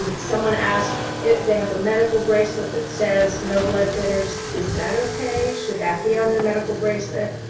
um someone asked if they have a medical bracelet that says no blood thinners is that okay? should that be on their medical bracelet?